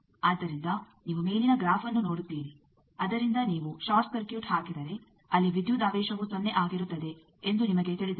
ಆದ್ದರಿಂದ ನೀವು ಮೇಲಿನ ಗ್ರಾಫ್ಅನ್ನು ನೋಡುತ್ತೀರಿ ಅದರಿಂದ ನೀವು ಷಾರ್ಟ್ ಸರ್ಕ್ಯೂಟ್ ಹಾಕಿದರೆ ಅಲ್ಲಿ ವಿದ್ಯುದಾವೇಶವು ಸೊನ್ನೆ ಆಗಿರುತ್ತದೆ ಎಂದು ನಿಮಗೆ ತಿಳಿದಿದೆ